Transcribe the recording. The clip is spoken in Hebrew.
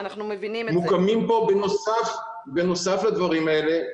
בנוסף לדברים האלה,